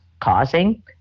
causing